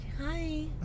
Hi